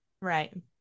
Right